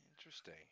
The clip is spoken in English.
interesting